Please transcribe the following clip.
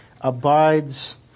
abides